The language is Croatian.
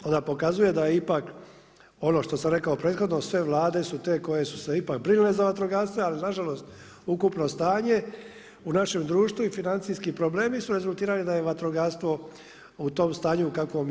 Onda pokazuje da ipak ono što sam rekao prethodno sve vlade su te koje su se ipak brinule za vatrogasce, ali na žalost ukupno stanje u našem društvu i financijski problemi su rezultirali da je vatrogastvo u tom stanju u kakvom je.